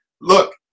look